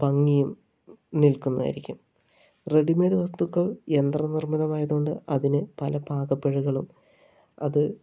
ഭംഗിയും നിൽക്കുന്നതായിരിക്കും ready made വസ്തുക്കൾ യന്ത്രനിർമ്മിതമായതു കൊണ്ട് അതിന് പല പാകപ്പിഴകളും അത്